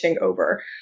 over